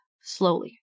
slowly